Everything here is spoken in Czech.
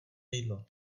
jídlo